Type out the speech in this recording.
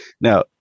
now